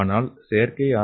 ஆனால் செயற்கை ஆர்